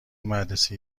مدرسه